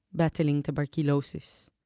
battling tuberculosis